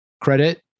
credit